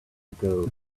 ago